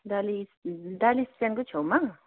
डाली डाली स्ट्यान्डकै छैउमा